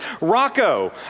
Rocco